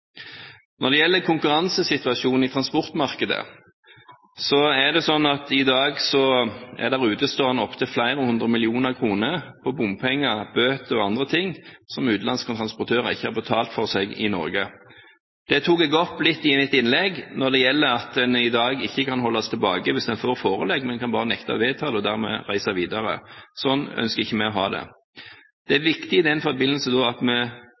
Når det gjelder konkurransesituasjonen i transportmarkedet, er det i dag utestående opptil flere hundre millioner kroner – bompenger, bøter og andre ting – som utenlandske transportører ikke har betalt i Norge. Jeg tok opp i mitt innlegg at man i dag ikke kan holdes tilbake når man får forelegg. Man kan bare nekte å vedta det og dermed reise videre. Slik ønsker vi ikke å ha det. Det er viktig i den forbindelse at vi får innkreving av bøter på plass, og at vi